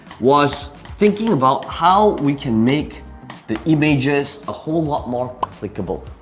was thinking about how we can make the images a whole lot more clickable.